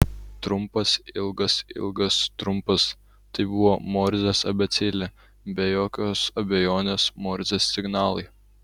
trumpas ilgas ilgas trumpas tai buvo morzės abėcėlė be jokios abejonės morzės signalai